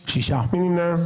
מי נמנע?